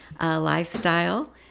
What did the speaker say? lifestyle